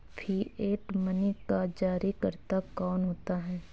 Fiat money का जारीकर्ता कौन होता है?